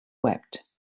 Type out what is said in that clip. wept